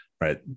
right